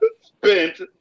spent